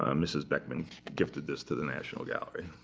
um mrs. beckmann gifted this to the national gallery.